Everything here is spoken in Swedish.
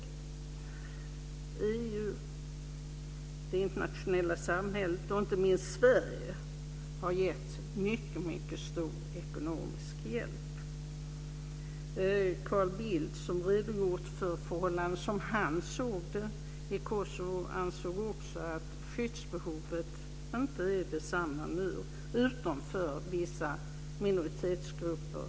EU, det internationella samfundet och inte minst Sverige har gett mycket stor ekonomisk hjälp. Carl Bildt, som har redogjort för förhållandena som han såg dem i Kosovo, ansåg också att skyddsbehovet inte är detsamma nu utom för vissa minoritetsgrupper.